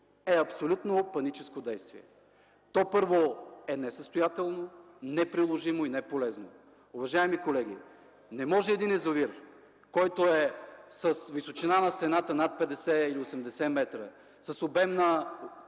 е абсолютно паническо действие. То, първо, е несъстоятелно, неприложимо и неполезно. Уважаеми колеги, не може един язовир, който е с височина на стената над 50 или 80 метра, с обем на